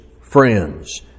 friends